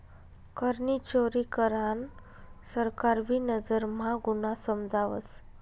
करनी चोरी करान सरकार भी नजर म्हा गुन्हा समजावस